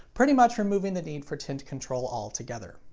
pretty much removing the need for tint control altogether.